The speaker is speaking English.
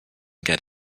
get